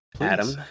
Adam